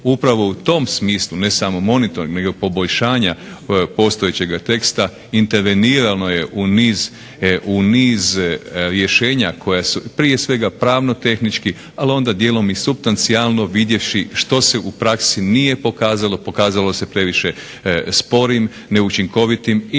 Upravo u tom smislu, ne samo monitoringa nego poboljšanja postojećega teksta intervenirano je u niz rješenja koja su prije svega pravno, tehnički, ali onda dijelom i supstancijalno vidjevši što se u praksi nije pokazalo, pokazalo se previše sporim, neučinkovitim ili